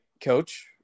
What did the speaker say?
coach